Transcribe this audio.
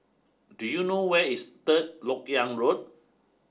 do you know where is Third Lok Yang Road